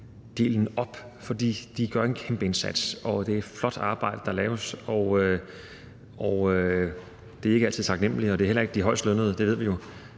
op, fordi de gør en kæmpe indsats, og det er et flot arbejde, der laves, og der er ikke altid taknemlighed over det, og det er heller ikke de højestlønnede. Det ved vi jo,